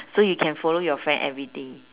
so you can follow your friend every day